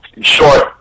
short